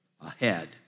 Ahead